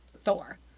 Thor